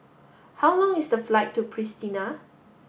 how long is the flight to Pristina